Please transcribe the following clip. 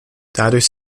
dadurch